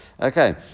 Okay